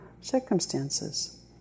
circumstances